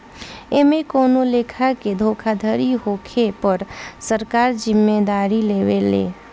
एमे कवनो लेखा के धोखाधड़ी होखे पर सरकार जिम्मेदारी लेवे ले